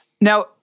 Now